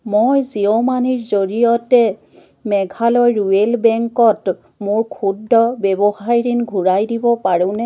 মই জিঅ' মানিৰ জৰিয়তে মেঘালয় ৰুৱেল বেংকত মোৰ ক্ষুদ্দ ৱ্যৱসায় ঋণ ঘূৰাই দিব পাৰোঁনে